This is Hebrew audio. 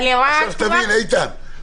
איתן,